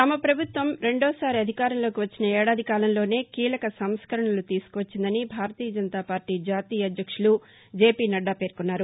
తమ ప్రభుత్వం రెండోసారి అధికారంలోకి వచ్చిన ఏడాది కాలంలోనే కీలక సంస్కరణలు తీసుకువచ్చిందని భారతీయ జనతా పార్లీ జాతీయ అధ్యక్షులు జేపీ నడ్దా పేర్కొన్నారు